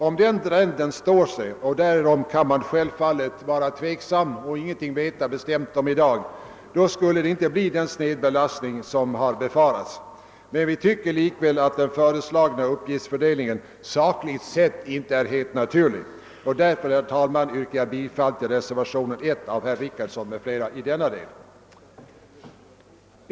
Om den trenden står sig — därom kan vi självfallet inte veta någonting bestämt i dag — skulle vi undgå den snedbelastning som har befarats. Vi reservanter tycker likväl att den föreslagna uppgiftsfördelningen sakligt sett inte är helt naturlig. Därför, herr talman, yrkar jag bifall till reservationen 1 av herr Richardson m.fl. i denna del.